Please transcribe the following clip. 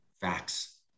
facts